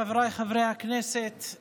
חבריי חברי הכנסת,